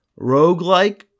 roguelike